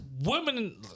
women